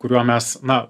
kuriuo mes na